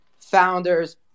founders